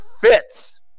fits